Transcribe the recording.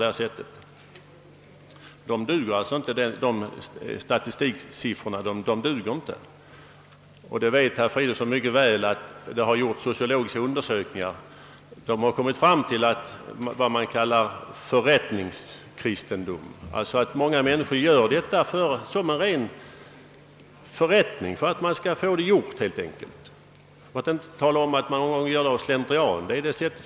Dessa siffror duger alltså inte som statistik och som underlag för vad man pläderar för. Herr Fridolfsson vet också mycket väl att det har gjorts sociolo giska undersökningar, som har påvisat ett starkt inslag av vad som kallas förrättningskristendom, d. v. s. att många människor ser vigselakten som en ren förrättning. Dessutom handlar de ofta av ren slentrian — det är ju så folk vanligen beter sig, när man gifter sig.